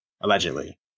Allegedly